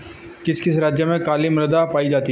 किस किस राज्य में काली मृदा पाई जाती है?